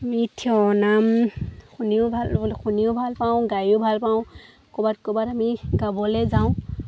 আমি থিয়নাম শুনিও ভাল শুনিও ভাল পাওঁ গায়ো ভাল পাওঁ ক'ৰবাত ক'ৰবাত আমি গাবলৈ যাওঁ